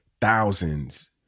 thousands